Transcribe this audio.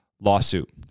lawsuit